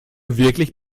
wirklich